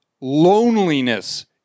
loneliness